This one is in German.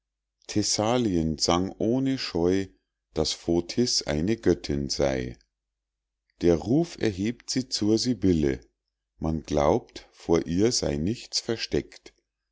thessalien sang ohne scheu daß fotis eine göttin sey der ruf erhebt sie zur sibylle man glaubt vor ihr sey nichts versteckt